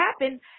happen